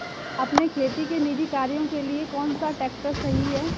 अपने खेती के निजी कार्यों के लिए कौन सा ट्रैक्टर सही है?